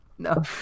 No